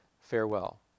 Farewell